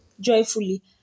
joyfully